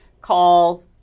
Call